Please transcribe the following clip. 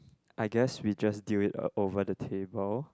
I guess we just deal it uh over the table